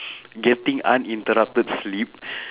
getting uninterrupted sleep